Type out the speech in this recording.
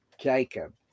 Jacob